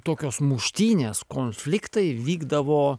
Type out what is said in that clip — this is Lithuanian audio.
tokios muštynės konfliktai vykdavo